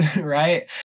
right